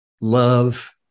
love